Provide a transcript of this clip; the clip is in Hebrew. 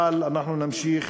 אבל אנחנו נמשיך